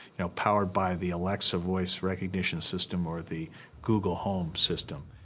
you know, powered by the alexa voice recognition system, or the google home system.